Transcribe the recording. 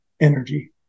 energy